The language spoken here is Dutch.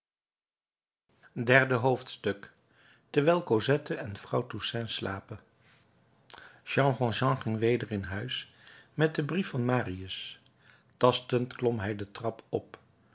derde hoofdstuk terwijl cosette en vrouw toussaint slapen jean valjean ging weder in huis met den brief van marius tastend klom hij de trap op